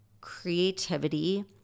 creativity